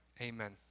Amen